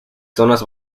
zonas